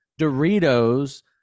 doritos